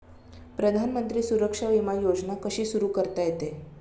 प्रधानमंत्री सुरक्षा विमा योजना कशी सुरू करता येते?